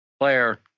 player